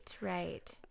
right